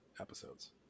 episodes